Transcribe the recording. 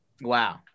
Wow